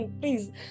please